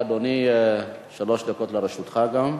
אדוני, שלוש דקות גם לרשותך.